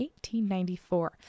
1894